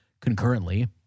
Concurrently